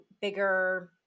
bigger